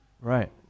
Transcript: Right